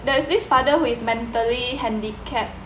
there is this father who is mentally handicapped